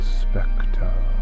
spectre